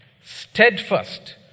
steadfast